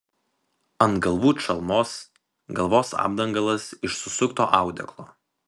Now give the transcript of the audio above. ant galvų čalmos galvos apdangalas iš susukto audeklo